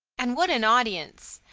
and what an audience!